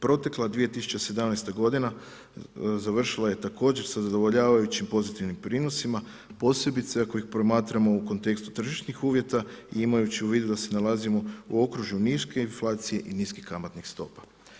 Protekla 2017. godina završila je također sa zadovoljavajućim pozitivnim prinosima posebice ako ih promatramo u kontekstu tržišnih uvjeta i imajući u vidu da se nalazimo u okružju niske inflacije i niskih kamatnih stopa.